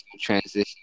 Transition